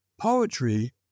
Poetry